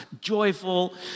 joyful